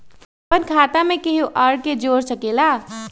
अपन खाता मे केहु आर के जोड़ सके ला?